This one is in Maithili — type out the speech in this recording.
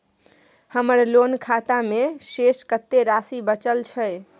हमर लोन खाता मे शेस कत्ते राशि बचल छै?